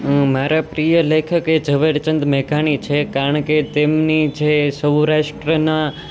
મારા પ્રિય લેખક એ ઝવેરચંદ મેઘાણી છે કારણ કે તેમની જે સૌરાષ્ટ્રના